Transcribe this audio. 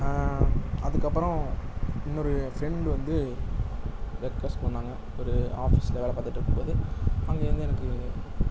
அதுக்கப்பறம் இன்னொரு என் ஃப்ரெண்ட் வந்து ரெக்வஸ்ட் பண்ணாங்க ஒரு ஆஃபிஸில் வேலை பாத்துகிட்ருக்கும்போது அங்கே இருந்து எனக்கு